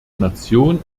nation